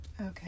Okay